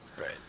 Right